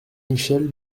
michèle